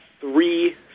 three